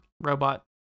robot